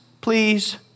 please